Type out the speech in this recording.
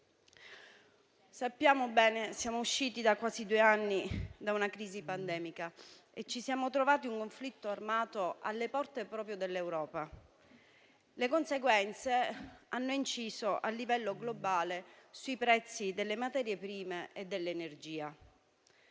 Sappiamo bene di essere usciti da quasi due anni di crisi pandemica e ci siamo trovati con un conflitto armato proprio alle porte dell'Europa, le cui conseguenze hanno inciso a livello globale sui prezzi delle materie prime e dell'energia.